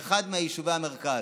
באחד מיישובי המרכז?